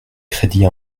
crédit